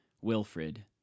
Wilfred